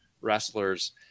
wrestlers